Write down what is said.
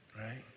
right